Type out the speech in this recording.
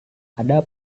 ada